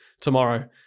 tomorrow